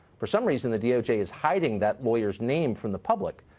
for some reason the doj is hiding that lawyer's name from the public.